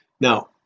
Now